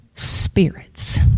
Spirits